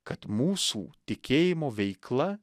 kad mūsų tikėjimo veikla